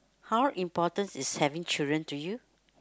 how importance is having children to you